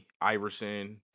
Iverson